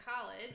college